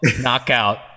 Knockout